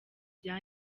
bya